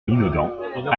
minaudant